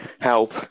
help